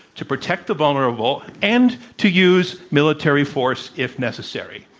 to protect the vulnerable, and to use military force if necessary.